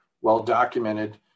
well-documented